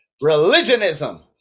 Religionism